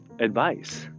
advice